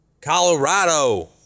Colorado